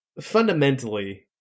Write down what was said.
Fundamentally